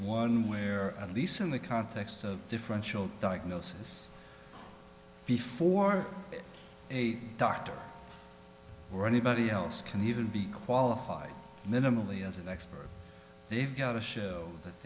one way or at least in the context of differential diagnosis before a doctor or anybody else can even be qualified minimally as the next they've got a ship that